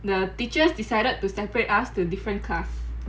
the teachers decided to separate us to different class